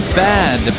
bad